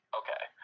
okay